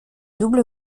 double